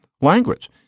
language